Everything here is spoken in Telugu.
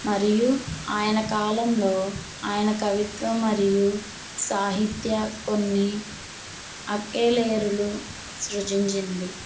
మరియు ఆయన కాలంలో ఆయన కవిత్వం మరియు సాహిత్య కొన్ని అకేలేయరులు సృజించింది